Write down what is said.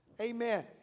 amen